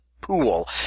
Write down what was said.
pool